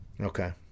Okay